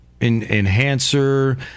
enhancer